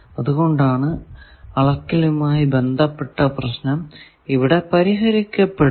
അതുകൊണ്ടാണ് അളക്കലുമായി ബന്ധപ്പെട്ട പ്രശ്നം ഇവിടെ പരിഹരിക്കപ്പെടുന്നത്